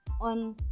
on